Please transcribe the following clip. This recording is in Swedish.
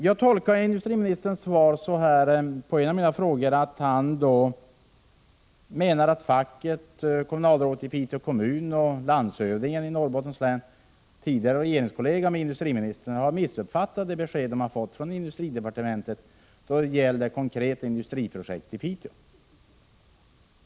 Jag tolkar industriministerns svar på en av mina frågor så att han menar att facket, kommunalrådet i Piteå kommun och landshövdingen i Norrbottens län — tidigare regeringskollega till industriministern — har missuppfattat det besked som de fått från industridepartementet då det gäller konkreta industriprojekt till Piteå.